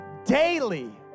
daily